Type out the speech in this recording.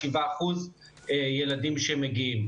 7% ילדים שמגיעים,